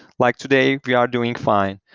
like, today, we are doing fine.